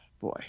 Boy